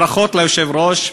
ברכות ליושב-ראש.